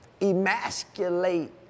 emasculate